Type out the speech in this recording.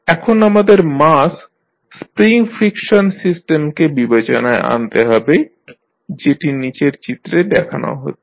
এখন আমাদের mass spring friction সিস্টেমকে বিবেচনায় আনতে হবে যেটি নীচের চিত্রে দেখানো হচ্ছে